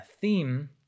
theme